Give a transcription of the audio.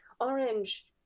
orange